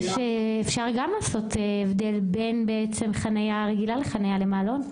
אפשר גם לעשות הבדל בין חניה רגילה לחניה עם מעלון.